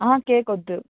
ఆహ కేక వద్దు